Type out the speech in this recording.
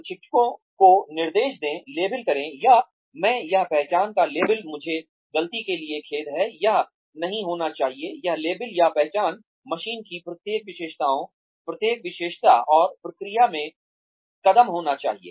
प्रशिक्षुओं को निर्देश दें लेबल करें या मैं यह पहचान का लेबल मुझे गलती के लिए खेद है यह नहीं होना चाहिए यह लेबल या पहचान मशीन की प्रत्येक विशेषता और प्रक्रिया में कदम होना चाहिए